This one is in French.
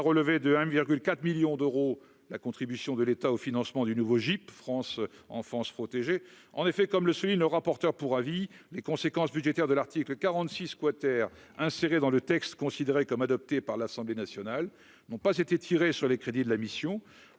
de 1 virgule 4 millions d'euros, la contribution de l'État au financement du nouveau Jeep France Enfance protégée : en effet, comme le souligne le rapporteur pour avis les conséquences budgétaires de l'article 46 quater inséré dans le texte considéré comme adopté par l'Assemblée nationale n'ont pas été tirés sur les crédits de la mission